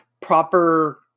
proper